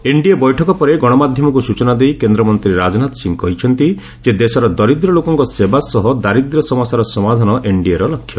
NDA ବୈଠକ ପରେ ଗଣମାଧ୍ୟମକୁ ସୂଚନା ଦେଇ କେନ୍ଦ୍ରମନ୍ତ୍ରୀ ରାଜନାଥ ସିଂ କହିଛନ୍ତି ଯେ ଦେଶର ଦରିଦ୍ର ଲୋକଙ୍କ ସେବା ସହ ଦାରିଦ୍ର୍ୟ ସମସ୍ୟାର ସମାଧାନ ଏନ୍ଡିଏର ଲକ୍ଷ୍ୟ